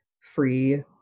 free